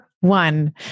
One